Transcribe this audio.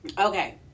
Okay